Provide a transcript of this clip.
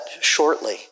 shortly